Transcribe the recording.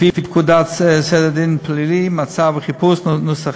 לפי פקודת סדר הדין הפלילי (מעצר וחיפוש) ,